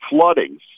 Flooding